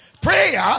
Prayer